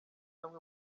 amwe